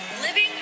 living